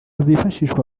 zifashishwa